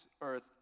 earth